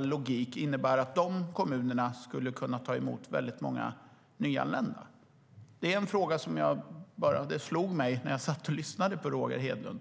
logik innebära att de kommunerna skulle kunna ta emot väldigt många nyanlända. Det slog mig när jag satt och lyssnade på Roger Hedlund.